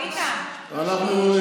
אנחנו,